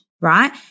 right